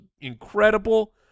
incredible